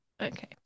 Okay